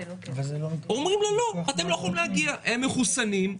אומרים לה: